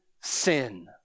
sin